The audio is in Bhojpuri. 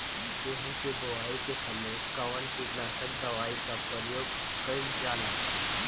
गेहूं के बोआई के समय कवन किटनाशक दवाई का प्रयोग कइल जा ला?